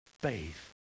faith